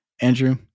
Andrew